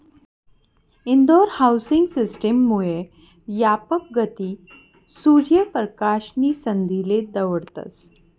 Indore housing system मुये यापक गती, सूर्य परकाश नी संधीले दवडतस